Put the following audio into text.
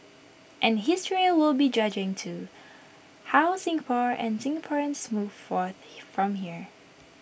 and history will be judging too how Singapore and Singaporeans move forth from here